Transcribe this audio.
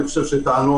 אני חושב שתקנות,